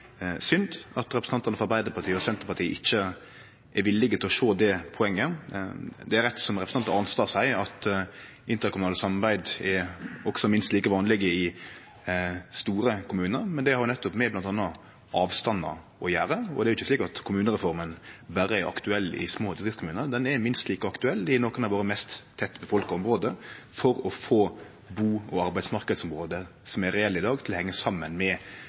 synd at representantane frå Arbeidarpartiet og Senterpartiet ikkje er villige til å sjå det poenget. Det er rett, som representanten Arnstad seier, at interkommunalt samarbeid er minst like vanleg også i store kommunar, men det har jo nettopp med bl.a. avstandar å gjere. Det er jo ikkje slik at kommunereforma berre er aktuell i små distriktskommunar, ho er minst like aktuell i nokre av våre mest tettfolka område for å få bu- og arbeidsmarknadsområde som er reelle i dag, til å hengje saman med